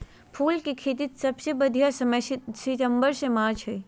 फूल के खेतीले सबसे बढ़िया समय सितंबर से मार्च हई